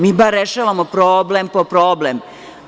Mi bar rešavamo problem po problem.